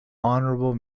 honorable